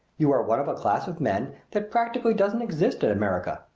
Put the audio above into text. you are one of a class of men that practically doesn't exist in america.